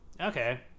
Okay